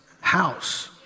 house